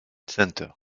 center